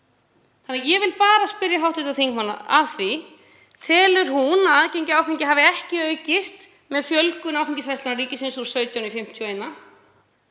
Þannig að ég vil bara spyrja hv. þingmann: Telur hún að aðgengi að áfengi hafi ekki aukist með fjölgun áfengisverslana ríkisins úr 17